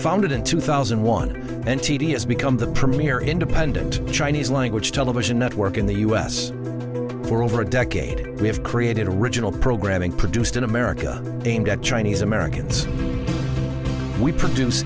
founded in two thousand and one and t d s become the premier independent chinese language television network in the u s for over a decade we have created original programming produced in america aimed at chinese americans we produce